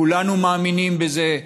כולנו מאמינים בזה,